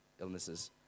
illnesses